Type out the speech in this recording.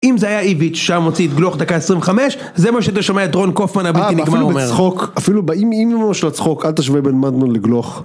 אם זה היה איביץ' שהיה מוציא את גלוך דקה 25, זה מה שהיית שומע את רון קופמן הבלתי נגמר אומר. אפילו בצחוק, אפילו באם אמא של הצחוק אל תשווה בן מדמון לגלוך.